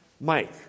Mike